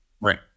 Right